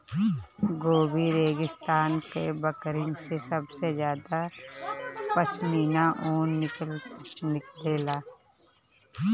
Gobi रेगिस्तान के बकरिन से सबसे ज्यादा पश्मीना ऊन निकलेला